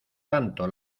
tanto